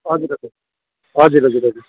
हजुर हजुर हजुर हजुर दाजु